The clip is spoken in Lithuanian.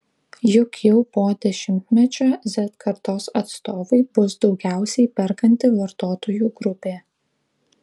juk jau po dešimtmečio z kartos atstovai bus daugiausiai perkanti vartotojų grupė